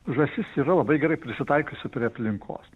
žąsis yra labai gerai prisitaikiusių prie aplinkos